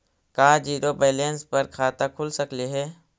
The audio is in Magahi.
का जिरो बैलेंस पर खाता खुल सकले हे?